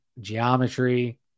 Geometry